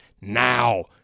now